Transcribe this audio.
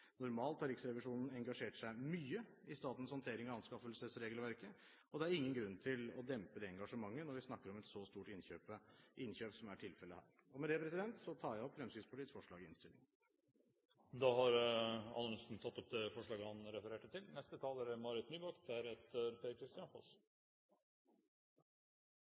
Normalt har Riksrevisjonen engasjert seg mye i statens håndtering av anskaffelsesregelverket, og det er ingen grunn til å dempe det engasjementet når vi snakker om et så stort innkjøp som er tilfellet her. Med det tar jeg opp Fremskrittspartiets forslag i innstillingen. Representanten Anders Anundsen har tatt opp det forslaget han refererte til. Dette er